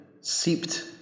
seeped